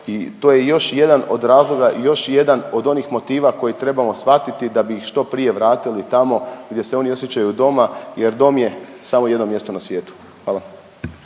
i to je još jedan od razloga i još jedan od onih motiva koji trebamo svatiti da bi ih što prije vratili tamo gdje se oni osjećaju doma jer dom je samo jedno mjesto na svijetu. Hvala.